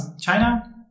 China